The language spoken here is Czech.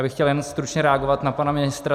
Já bych chtěl jen stručně reagovat na pana ministra.